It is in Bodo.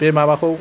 बे माबाखौ